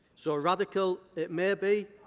so radical, it may be,